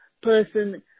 person